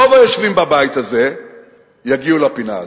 רוב היושבים בבית הזה יגיעו לפינה הזאת,